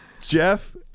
Jeff